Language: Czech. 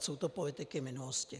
Jsou to politiky minulosti.